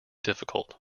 difficult